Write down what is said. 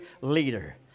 leader